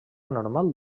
anormal